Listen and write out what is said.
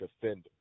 defender